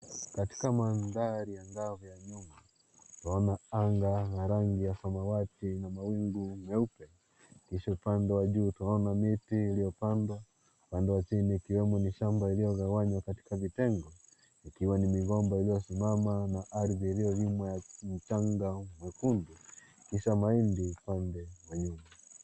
Katika madhari angavu ya nyuma, twaona anga ya rangi ya samawati na mawingu meupe, kisha upande wa juu twaona miti iliyopandwa, upande wa chini ikiwemo ni shamba iliogawanywa katika vitengo, ikiwa ni migomba iliosimama na ardhi iliolimwa ya mchanga mwekundu, kisha mahindi upande wa nyuma.